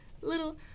little